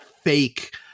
fake